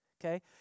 okay